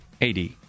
AD